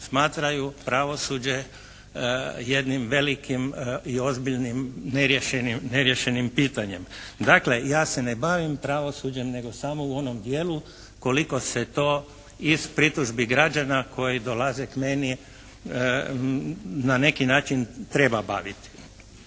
smatraju pravosuđe jednim velikim i ozbiljnim neriješenim pitanjem. Dakle, ja se ne bavim pravosuđem nego samo u onom dijelu koliko se to iz pritužbi građana koji dolaze k meni na neki način treba baviti.